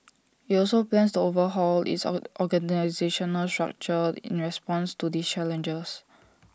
IT also plans to overhaul its or organisational structure in response to these challenges